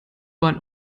bahn